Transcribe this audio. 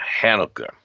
Hanukkah